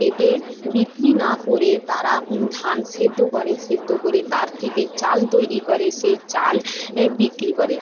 কেটে বিক্রি না করে তারা ধান সিদ্ধ করে সিদ্ধ করে তার থেকে চাল তৈরি করে সেই চাল বিক্রি করে